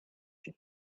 she